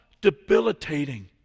debilitating